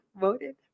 voted